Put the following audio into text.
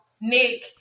Nick